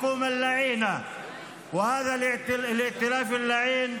הארורה הזאת ואת והקואליציה הארורה הזאת,